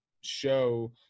show